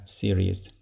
series